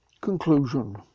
Conclusion